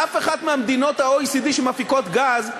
אף אחת ממדינות ה-OECD שמפיקות גז,